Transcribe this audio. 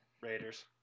Raiders